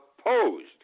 opposed